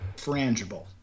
Frangible